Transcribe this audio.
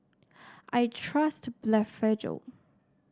I trust Blephagel